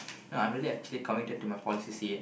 no I'm really actually committed to my poly C_C_A